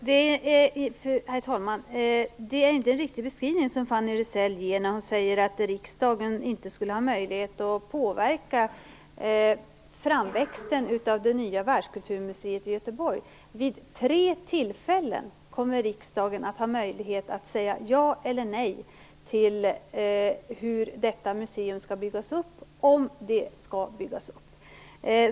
Herr talman! Det är inte en riktig beskrivning som Fanny Rizell ger när hon säger att riksdagen inte skulle ha möjlighet att påverka framväxten av det nya världskulturmuseet i Göteborg. Vid tre tillfällen kommer riksdagen att ha möjlighet att säga ja eller nej till hur detta museum skall byggas upp, om det skall byggas upp.